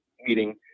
meeting